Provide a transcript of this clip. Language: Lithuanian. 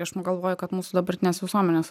aš pagalvoju kad mūsų dbaratinės visuomenės